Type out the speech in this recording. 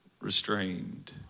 restrained